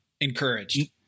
encouraged